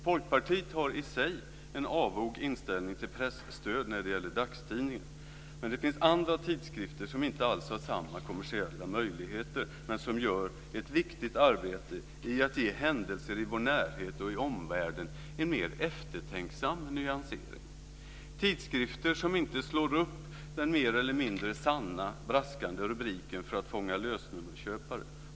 Folkpartiet har i sig en avog inställning till presstöd när det gäller dagstidningar, men det finns andra tidskrifter som inte alls har samma kommersiella möjligheter men som gör ett viktigt arbete för att ge händelser i vår närhet och i omvärlden en mer eftertänksam nyansering. Det är tidskrifter som inte slår upp den mer eller mindre sanna braskande rubriken för att fånga lösnummerköpare.